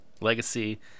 legacy